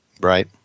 Right